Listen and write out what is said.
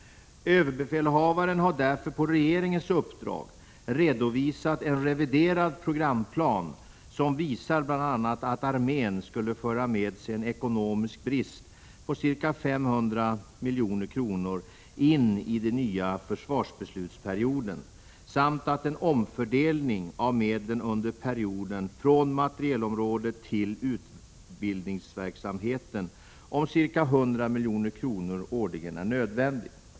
Överbefälhavaren har därför på regeringens uppdrag redovisat en reviderad programplan, som visar bl.a. att armén skulle föra med sig en ekonomisk brist på ca 500 milj.kr. in i den nya försvarsbeslutsperioden samt att en omfördelning av medel under perioden från materielområdet till utbildningsverksamheten om ca 100 milj.kr./år är nödvändig.